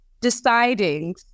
deciding